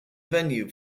venue